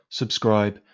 subscribe